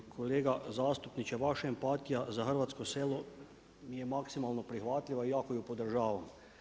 Kolega zastupniče, vaša empatija za hrvatsko selo mi je maksimalno prihvatljiva i jako ju podržavam.